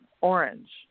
orange